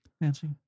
Nancy